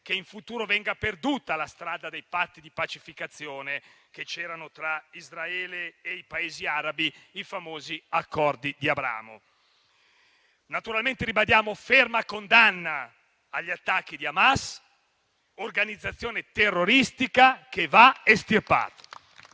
che in futuro vada perduta la strada dei patti di pacificazione che c'erano tra Israele e i Paesi arabi, i famosi accordi di Abramo. Naturalmente, ribadiamo ferma condanna agli attacchi di Hamas, organizzazione terroristica che va estirpata.